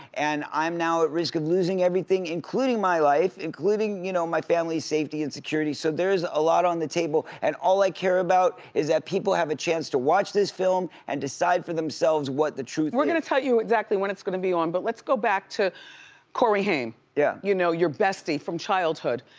and i'm now risking loosing everything including my life, including you know my family's safety and security, so there is a lot on the table and all i care about is that people have a chance to watch this film and decide for themselves what the truth is. we gonna tell you exactly when it's gonna be on. but let's go back to corey haim, yeah you know, your bestie from childhood,